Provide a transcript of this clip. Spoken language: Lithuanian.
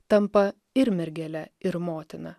tampa ir mergele ir motina